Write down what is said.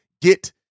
get –